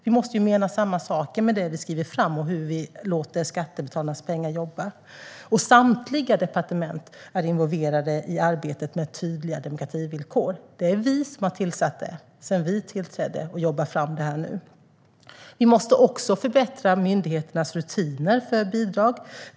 Vi måste mena samma saker med det vi skriver fram och med hur vi låter skattebetalarnas pengar jobba. Samtliga departement är involverade i arbetet med tydliga demokrativillkor. Det är vi som har satt igång det här sedan vi tillträdde, och det är vi som jobbar fram det här nu. Vi måste också förbättra myndigheternas rutiner för bidrag.